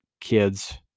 kids